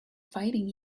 fighting